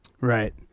Right